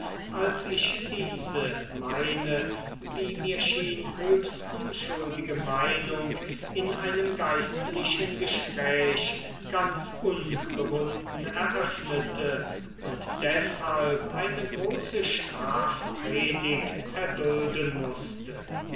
als ich diese meine wie mir schien höchst unschuldige meinung in einem geistlichen gespräch ganz unbewunden eröffnete und deshalb eine große strafpredigt erdulden mußte